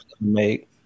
make